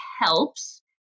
helps